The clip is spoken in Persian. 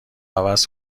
عوض